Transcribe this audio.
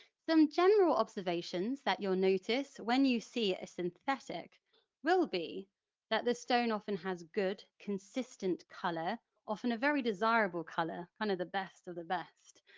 some general observations that you'll notice when you see a synthetic will be that the stone often has good consistent colour, often a very desirable colour, kind of the best of the best.